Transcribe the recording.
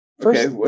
First